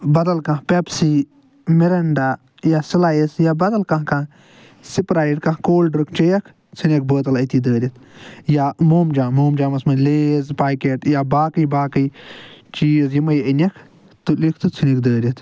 بدل کانٛہہ Pepsi Mirinda یا سٕلایس یا بدل کانٛہہ کانٛہہ سُپرایٹ کانٛہہ کولڈ ڈرنٛک چٮ۪یَکھ ژھُنِکھ بٲتل أتی دٲرِتھ یا مومجام مومجامس منٛز لیز پاکیٹ یا باقٕے باقٕے چیٖز یِمٕے أنِکھ تُلِکھ تہٕ ژھُنِکھ دٲرِتھ